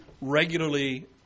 regularly